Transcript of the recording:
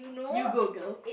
you go girl